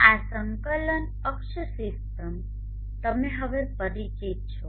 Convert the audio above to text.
આ સંકલન અક્ષ સિસ્ટમ તમે હવે પરિચિત છો